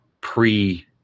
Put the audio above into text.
pre-